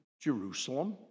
Jerusalem